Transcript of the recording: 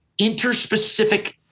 interspecific